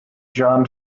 john